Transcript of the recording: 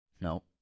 No